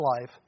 life